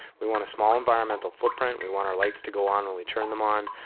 we want a small environmental footprint, we want our lights to go on when we turn them on.